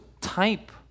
type